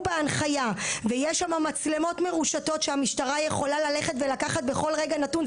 בהנחיה ויש שם מצלמות מרושתות שהמשטרה יכולה ללכת ולקחת בכל רגע נתון,